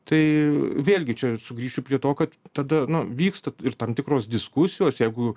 tai vėlgi čia sugrįšiu prie to kad tada nu vyksta ir tam tikros diskusijos jeigu